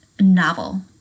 novel